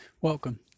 Welcome